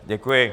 Děkuji.